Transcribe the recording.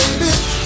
baby